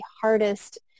hardest